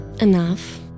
Enough